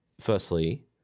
firstly